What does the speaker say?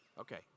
Okay